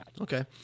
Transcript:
Okay